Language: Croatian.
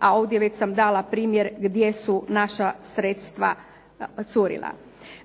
a ovdje već sam dala primjer gdje su naša sredstva curila.